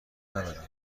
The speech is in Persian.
ندارم